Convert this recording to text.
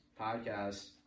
podcast